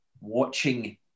watching